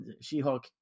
She-Hulk